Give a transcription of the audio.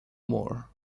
more